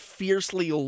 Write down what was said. fiercely